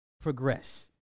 progress